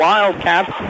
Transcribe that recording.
Wildcats